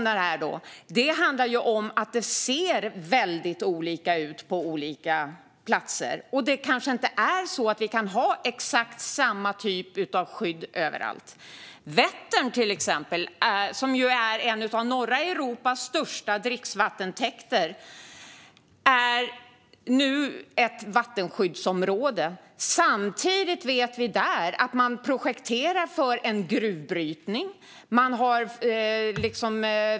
Det handlar om att det ser väldigt olika ut på olika platser. Det kanske inte är så att vi kan ha exakt samma typ av skydd överallt. Vättern till exempel, som är en av norra Europas största dricksvattentäkter, är nu ett vattenskyddsområde. Samtidigt vet vi att man projekterar för en gruvbrytning.